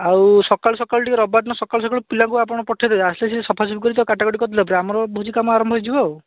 ଆଉ ସକାଳୁ ସକାଳୁ ଟିକିଏ ରବିବାର ଦିନ ସକାଳୁ ପିଲାକୁ ଆପଣ ପଠେଇଦେବେ ଆସିକି ସଫାସୁଫି କରିକି ତା'କୁ କାଟାକଟି କରିଦେଲା ପରେ ଆମର ଭୋଜି କାମ ଆରମ୍ଭ ହେଇଯିବ ଆଉ